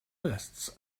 lists